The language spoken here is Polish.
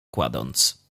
kładąc